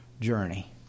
journey